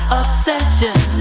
obsession